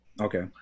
Okay